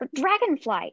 dragonfly